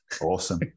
Awesome